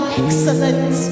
excellent